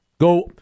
Go